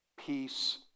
peace